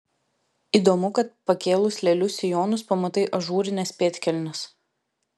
įdomu kad pakėlus lėlių sijonus pamatai ažūrines pėdkelnes